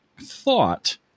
thought